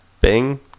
Bing